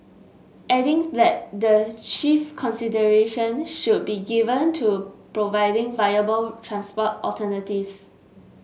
adding that the chief consideration should be given to providing viable transport alternatives